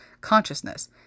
Consciousness